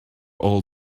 all